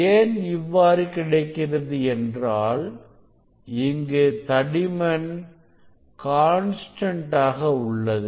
ஏன் இவ்வாறு கிடைக்கிறது என்றால் இங்கு தடிமன் கான்ஸ்டன்ட் ஆக உள்ளது